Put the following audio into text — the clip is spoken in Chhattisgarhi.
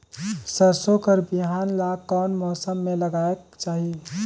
सरसो कर बिहान ला कोन मौसम मे लगायेक चाही?